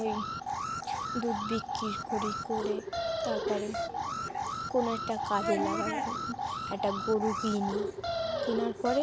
ওই দুধ বিক্রি করি করে তার পরে কোনো একটা কাজে লাগাই একটা গরু কিনি কেনার পরে